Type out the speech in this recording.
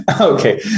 Okay